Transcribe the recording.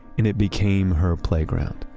and it became her playground.